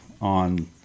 on